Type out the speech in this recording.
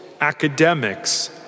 academics